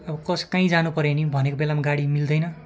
अब कस काहीँ जानुपऱ्यो भने भनेको बेलामा गाडी मिल्दैन